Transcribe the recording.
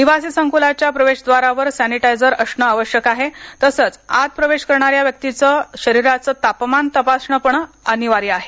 निवासी संकुलाच्या प्रवेशद्वारावर सॅनिटायजर असणं आवश्यक आहे तसंच आत प्रवेश करणाऱ्या व्यक्तीच शरीराचं तापमान तपासणं पण अनिवार्य आहे